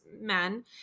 men